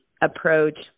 approach